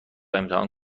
امتحان